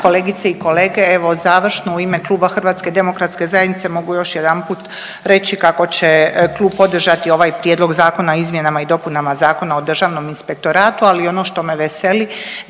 kolegice i kolege, evo završno u ime Kluba HDZ-a mogu još jedanput reći kako će klub podržati ovaj Prijedlog Zakona o izmjenama i dopunama Zakona o Državnom inspektoratu, ali i ono što me veseli